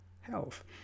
health